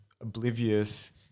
oblivious